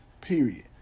period